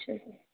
اچھا